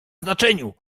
znaczeniu